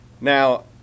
Now